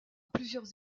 plusieurs